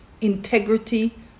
integrity